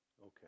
Okay